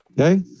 Okay